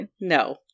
No